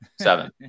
Seven